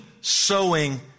sowing